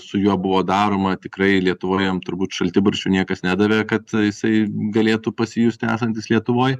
su juo buvo daroma tikrai lietuva jam turbūt šaltibarščių niekas nedavė kad jisai galėtų pasijusti esantis lietuvoj